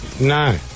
No